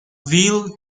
weil